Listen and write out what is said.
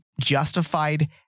justified